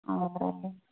ꯑꯣ